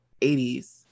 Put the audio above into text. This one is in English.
80s